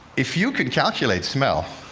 if you could calculate smell,